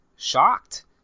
shocked